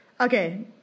Okay